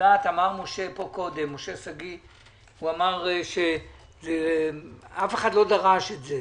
אמר משה שגיא קודם שאף אחד לא דרש את זה.